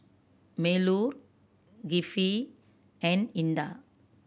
Melur Kifli and Indah